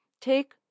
Take